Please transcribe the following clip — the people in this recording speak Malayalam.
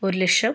ഒരു ലക്ഷം